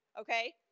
okay